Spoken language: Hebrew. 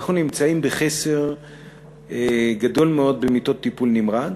אנחנו נמצאים בחסר גדול מאוד במיטות טיפול נמרץ,